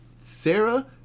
Sarah